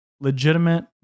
legitimate